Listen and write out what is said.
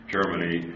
Germany